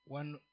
one